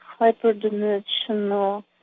hyperdimensional